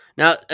Now